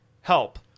help